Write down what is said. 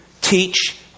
Teach